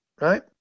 right